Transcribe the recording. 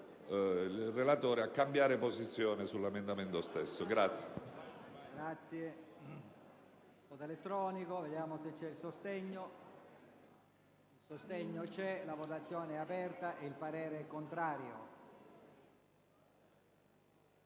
il relatore a cambiare posizione sull'emendamento stesso.